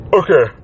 okay